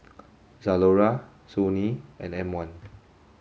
Zalora Sony and M one